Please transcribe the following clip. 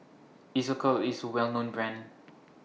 Isocal IS A Well known Brand